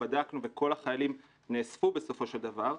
בדקנו וכל החיילים נאספו בסופו של דבר,